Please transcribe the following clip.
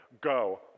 go